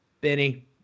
Benny